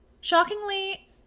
Shockingly